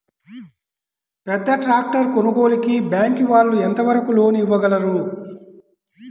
పెద్ద ట్రాక్టర్ కొనుగోలుకి బ్యాంకు వాళ్ళు ఎంత వరకు లోన్ ఇవ్వగలరు?